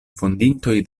fondintoj